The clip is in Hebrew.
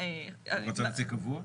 הוא רוצה נציג קבוע?